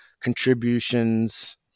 contributions